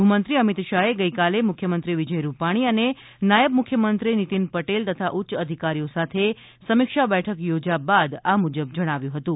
ગુહ્મંત્રી અમિત શાહે ગઇકાલે મુખ્યમંત્રી વિજય રૂપાણી અને નાયબ મુખ્યમંત્રી નીતીન પટેલ તથા ઉચ્ય અધિકારીઓ સાથે સમીક્ષા બેઠક યોજ્યા બાદ આ મુજબ જણાવ્યુ હતું